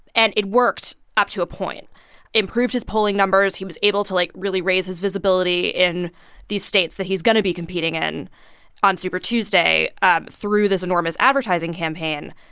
and it worked up to a point. it improved his polling numbers. he was able to, like, really raise his visibility in these states that he's going to be competing in on super tuesday ah through this enormous advertising campaign,